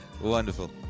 Wonderful